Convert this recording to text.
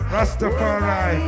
Rastafari